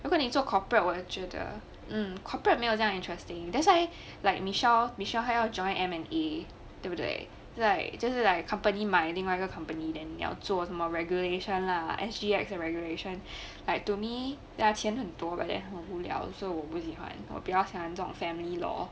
我跟你做 corporate 我就觉得 mm corporate 没有这样 interesting that's why like michelle michelle 他要 joined n and a 对不对 like 就是 like company 买另外一个 company then 你要做什么 regulation lah S_G_X 的 regulation like to me ya sharing 很多的 leh 很无聊 so 我不喜欢我比较喜欢这种 family law